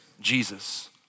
Jesus